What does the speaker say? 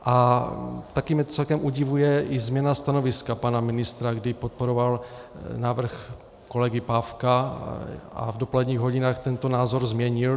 A taky mě celkem udivuje i změna stanoviska pana ministra, který podporoval návrh kolegy Pávka a v dopoledních hodinách tento názor změnil.